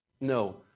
No